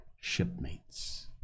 shipmates